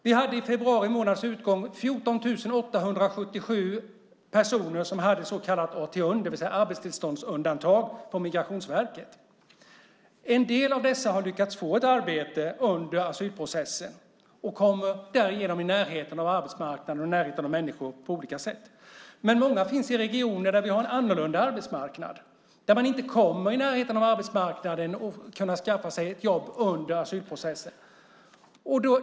Vi hade vid februari månads utgång 14 877 personer som hade så kallat AT-UND, det vill säga arbetstillståndsundantag från Migrationsverket. En del av dessa har lyckats få ett arbete under asylprocessen och kommer därigenom i närheten av arbetsmarknaden och människorna på olika sätt. Många finns emellertid i regioner där vi har en annorlunda arbetsmarknad, där de inte kommer i närheten av arbetsmarknaden och kan skaffa sig ett jobb under asylprocessen.